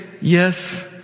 yes